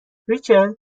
ریچل